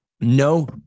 No